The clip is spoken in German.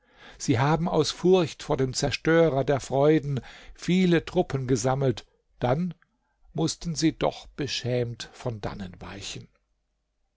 sie haben aus furcht vor dem zerstörer der freuden viele truppen gesammelt dann mußten sie doch beschämt von dannen weichen